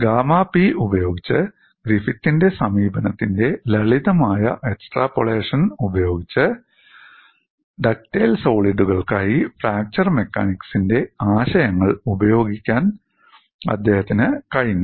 'gamma P' ഉപയോഗിച്ച് ഗ്രിഫിത്തിന്റെ സമീപനത്തിന്റെ ലളിതമായ എക്സ്ട്രാപോളേഷൻ തുടർച്ച ഉപയോഗിച്ച് ഡക്റ്റൈൽ സോളിഡുകൾക്കായി ഫ്രാക്ചർ മെക്കാനിക്സിന്റെ ആശയങ്ങൾ പ്രയോഗിക്കാൻ അദ്ദേഹത്തിന് കഴിഞ്ഞു